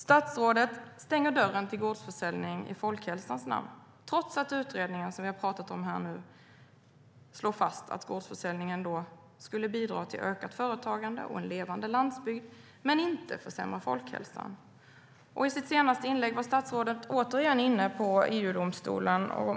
Statsrådet stänger dörren till gårdsförsäljning i folkhälsans namn trots att utredningen, som vi har talat om här, slår fast att gårdsförsäljningen skulle bidra till ökat företagande och en levande landsbygd men inte försämra folkhälsan.I sitt senaste inlägg var statsrådet återigen inne på EU-domstolen.